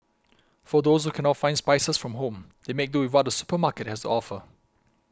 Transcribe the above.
for those who can not find spices from home they make do with what the supermarket has offer